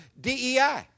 DEI